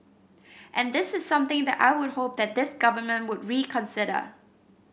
and this is something that I would hope that this Government would reconsider